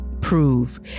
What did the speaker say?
prove